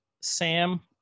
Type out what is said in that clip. Sam